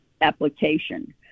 application